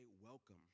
welcome